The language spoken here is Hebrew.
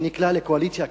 שנקלע לקואליציה כזאת,